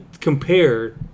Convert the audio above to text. compare